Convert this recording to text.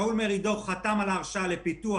שאול מרידור חתם על ההרשאה לפיתוח.